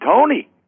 Tony